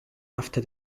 after